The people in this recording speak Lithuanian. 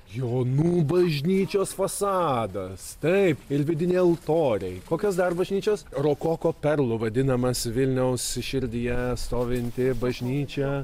jonų bažnyčios fasadas taip ir vidiniai altoriai kokios dar bažnyčios rokoko perlu vadinamas vilniaus širdyje stovinti bažnyčia